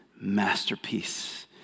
Masterpiece